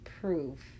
proof